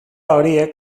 horiek